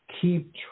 keep